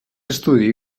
estudi